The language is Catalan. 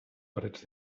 parets